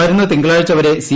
വരുന്ന തിങ്കളാഴ്ച വരെ സി